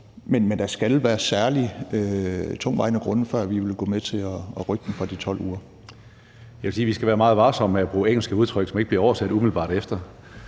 Men der skal være særligt tungtvejende grunde, før vi vil gå med til at rykke den fra de 12 uger. Kl. 15:44 Tredje næstformand (Karsten Hønge): Jeg vil sige, at vi skal være meget varsomme med at bruge engelske udtryk, som ikke bliver oversat umiddelbart efter.